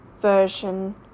version